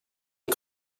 aux